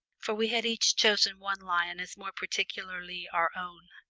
for we had each chosen one lion as more particularly our own.